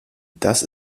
das